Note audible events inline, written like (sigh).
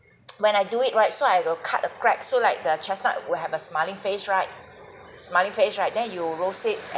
(noise) when I do it right so I will cut a crack so like the chestnut will have a smiling face right smiling face right then you roast it at